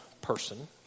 person